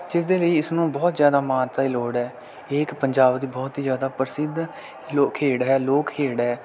ਜਿਸਦੇ ਲਈ ਇਸ ਨੂੰ ਬਹੁਤ ਜ਼ਿਆਦਾ ਮਾਨਤਾ ਦੀ ਲੋੜ ਹੈ ਇਹ ਇੱਕ ਪੰਜਾਬ ਦੀ ਬਹੁਤ ਹੀ ਜ਼ਿਆਦਾ ਪ੍ਰਸਿੱਧ ਲੋ ਖੇਡ ਹੈ ਲੋਕ ਖੇਡ ਹੈ